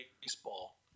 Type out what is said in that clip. baseball